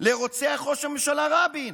לרוצח ראש הממשלה רבין,